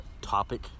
topic